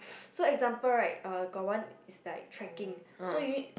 so example right uh got one is like tracking so you need